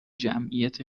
جمعیت